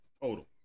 total